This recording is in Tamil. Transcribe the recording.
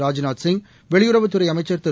ராஜ்நாத் சிங் வெளியுறவுத்துறை அமைச்சர் திரு